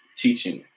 teaching